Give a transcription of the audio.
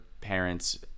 parents